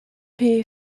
three